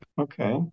Okay